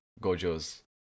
Gojo's